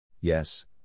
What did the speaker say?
Yes